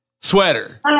Sweater